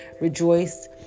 rejoice